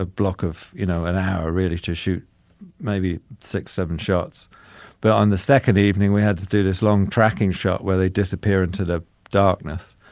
block of, you know, an hour really to shoot maybe six, seven shots but on the second evening we had to do this long tracking shot where they disappear into the darkness.